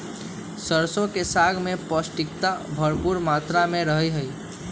सरसों के साग में पौष्टिकता भरपुर मात्रा में रहा हई